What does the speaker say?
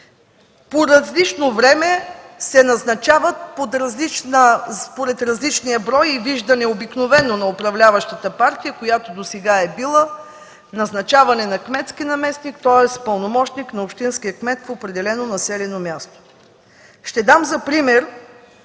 по различно време се назначават, според различния брой и виждане, обикновено на управляващата партия, която досега е била, назначаване на кметски наместник, тоест пълномощник на общинския кмет в определено населено място. Ще дам пример